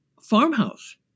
farmhouse